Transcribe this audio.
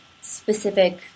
specific